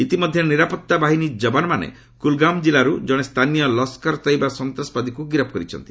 ଇତିମଧ୍ୟରେ ନିରାପତ୍ତା ବାହିନୀ ଯବାନମାନେ କୁଲଗାମ୍ କିଲ୍ଲାରୁ ଜଣେ ସ୍ଥାନୀୟ ଲସ୍କରେ ତୟବା ସନ୍ତାସବାଦୀକୁ ଗିରଫ୍ କରିଛନ୍ତି